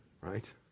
right